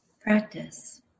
practice